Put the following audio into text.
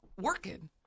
working